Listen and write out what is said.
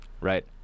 Right